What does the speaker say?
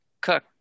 Cook